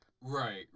Right